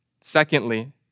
Secondly